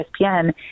ESPN